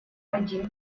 один